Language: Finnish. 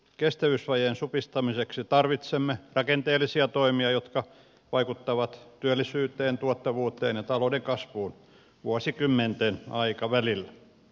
kestävyysvajeen supistamiseksi tarvitsemme rakenteellisia toimia jotka vaikuttavat työllisyyteen tuottavuuteen ja talouden kasvuun vuosikymmenten aikavälillä